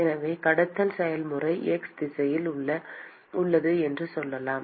எனவே கடத்தல் செயல்முறை x திசையில் உள்ளது என்று சொல்லலாம்